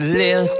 live